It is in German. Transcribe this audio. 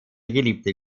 geliebte